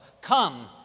Come